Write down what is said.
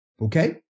Okay